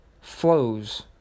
flows